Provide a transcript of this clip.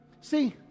See